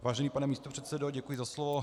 Vážený pane místopředsedo, děkuji za slovo.